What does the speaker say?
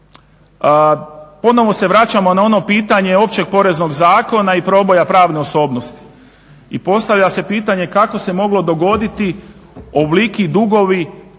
Ponovno se vraćamo na ono pitanje Općeg poreznog zakona i proboja pravne osobnosti. I postavlja se pitanje, kako se moglo dogoditi ovoliki dugovi